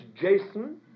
Jason